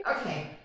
Okay